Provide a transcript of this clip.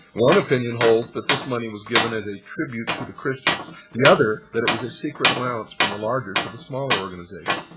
one opinion holds that this money was given as a tribute to the christians the other, that it was a secret allowance from the larger to the small organization.